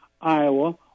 iowa